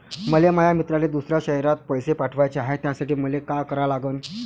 मले माया मित्राले दुसऱ्या शयरात पैसे पाठवाचे हाय, त्यासाठी मले का करा लागन?